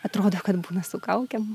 atrodo kad būna su kaukėm